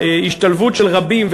ההשתלבות של רבים,